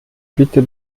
bitte